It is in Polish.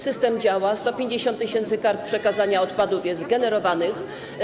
System działa, 150 tys. kart przekazania odpadów jest generowanych.